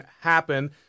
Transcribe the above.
happen